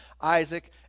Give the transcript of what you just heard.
Isaac